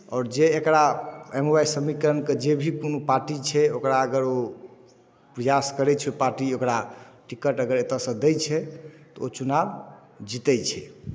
आओर जे एकरा एम वाय समीकरणके जे भी कोनो पार्टी छै ओकरा अगर ओ प्रयास करै छै पार्टी ओकरा टिकट अगर एतयसँ दै छै तऽ ओ चुनाव जीतै छै